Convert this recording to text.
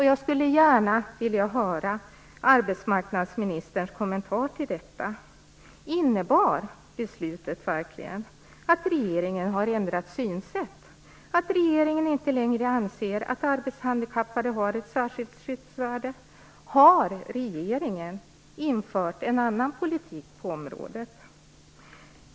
Jag skulle gärna vilja höra arbetsmarknadsministerns kommentar till detta. Innebar beslutet verkligen att regeringen har ändrat synsätt, att regeringen inte längre anser att arbetshandikappade har ett särskilt skyddsvärde? Har regeringen infört en annan politik på området?